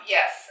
Yes